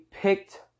picked